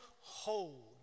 hold